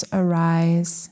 arise